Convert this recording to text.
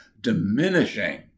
diminishing